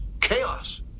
chaos